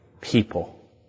people